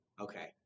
okay